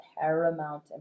paramount